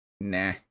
nah